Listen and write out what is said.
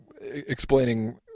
explaining